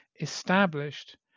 established